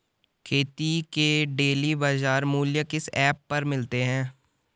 खेती के डेली बाज़ार मूल्य किस ऐप पर मिलते हैं?